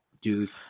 dude